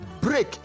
break